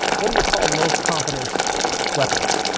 what do you call low-confidence weapons?